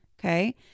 Okay